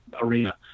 arena